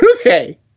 okay